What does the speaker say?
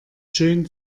schön